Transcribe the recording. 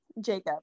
Jacob